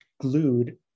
glued